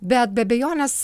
bet be abejonės